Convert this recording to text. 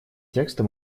текста